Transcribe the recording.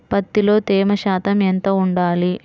పత్తిలో తేమ శాతం ఎంత ఉండాలి?